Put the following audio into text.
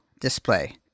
display